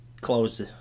close